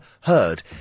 heard